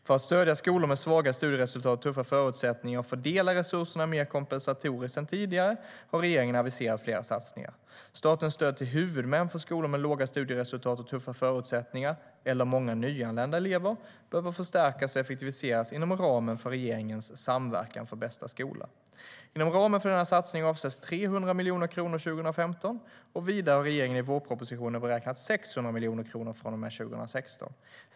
För att stödja skolor med svaga studieresultat och tuffa förutsättningar och fördela resurserna mer kompensatoriskt än tidigare har regeringen aviserat flera satsningar. Statens stöd till huvudmän för skolor med låga studieresultat och tuffa förutsättningar eller många nyanlända elever behöver förstärkas och effektiviseras inom ramen för regeringens samverkan för bästa skola. Inom ramen för denna satsning avsätts 300 miljoner kronor 2015. Vidare har regeringen i vårpropositionen beräknat 600 miljoner kronor från och med 2016.